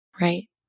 Right